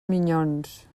minyons